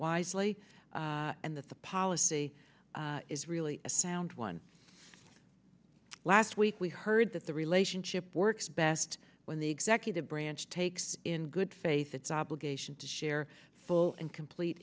wisely and that the policy is really a sound one last week we heard that the relationship works best when the executive branch takes in good faith its obligation to share full and complete